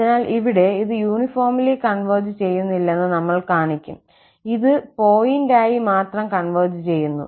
അതിനാൽ ഇവിടെ ഇത് യൂണിഫോംലി കോൺവെർജ് ചെയ്യുന്നില്ലെന്നു നമ്മൾ കാണിക്കും ഇത് പോയിന്റായി മാത്രം കോൺവെർജ് ചെയ്യുന്നു